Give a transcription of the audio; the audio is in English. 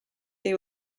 they